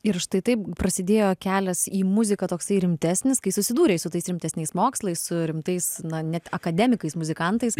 ir štai taip prasidėjo kelias į muziką toksai rimtesnis kai susidūrei su tais rimtesniais mokslai su rimtais na net akademikais muzikantais